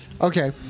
Okay